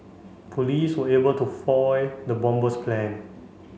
police were able to foil the bomber's plan